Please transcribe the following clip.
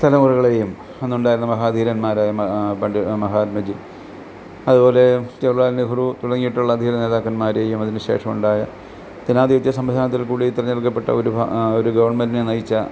തലമുറകളേയും അന്നുണ്ടായിരുന്ന മഹാ ധീരന്മാരായ മഹാ പണ്ഡിറ്റ് മഹാത്മജി അതുപോലെ ജവാഹർലാൽ നെഹ്റു തുടങ്ങിട്ടുള്ള ധീരനേതാക്കന്മാരെയും അതിന് ശേഷമുണ്ടായ ജനാധിപത്യ സംവിധാനത്തിൽകൂടി തിരഞ്ഞെടുക്കപ്പെട്ട ഒരു ഒരു ഗവൺമെൻറ്റിനെ നയിച്ച